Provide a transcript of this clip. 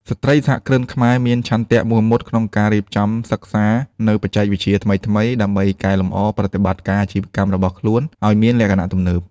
ស្ត្រីសហគ្រិនខ្មែរមានឆន្ទៈមោះមុតក្នុងការរៀបចំសិក្សានូវបច្ចេកវិទ្យាថ្មីៗ ដើម្បីកែលម្អប្រតិបត្តិការអាជីវកម្មរបស់ខ្លួនឱ្យមានលក្ខណៈទំនើប។